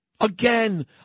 again